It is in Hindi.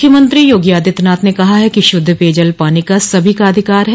मुख्यमंत्री योगी आदित्यनाथ ने कहा है कि शुद्ध पेयजल पाने का सभी का अधिकार है